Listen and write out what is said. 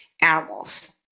animals